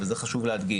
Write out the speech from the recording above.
וזה חשוב להדגיש.